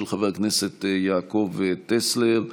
של חבר הכנסת יעקב טסלר,